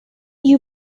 you